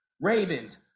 Ravens